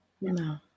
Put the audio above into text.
No